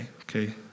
okay